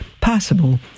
possible